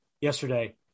yesterday